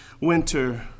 winter